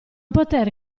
poter